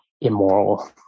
immoral